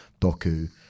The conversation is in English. Doku